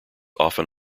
often